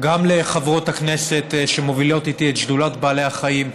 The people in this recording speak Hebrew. לחברות הכנסת שמובילות איתי את שדולת בעלי החיים,